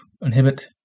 inhibit